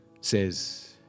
says